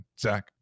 Zach